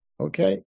Okay